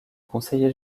conseiller